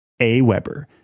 AWeber